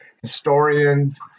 historians